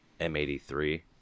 M83